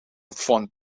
fund